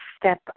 step